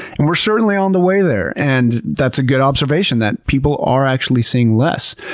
and we're certainly on the way there and that's a good observation that people are actually seeing less.